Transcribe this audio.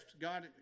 God